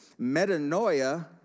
Metanoia